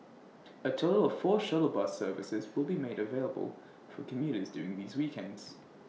A total of four shuttle bus services will be made available for commuters during these weekends